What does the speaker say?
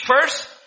first